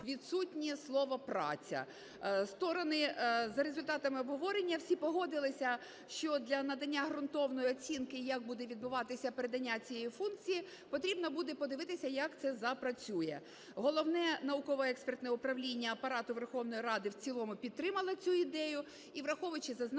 відсутнє слово "праця". Сторони за результатами обговорення всі погодилися, що для надання ґрунтовної оцінки, як буде відбуватися передання цієї функції, потрібно буде подивитися, як це запрацює. Головне науково-експертне управління Апарату Верховної Ради в цілому підтримало цю ідею. І, враховуючи зазначене,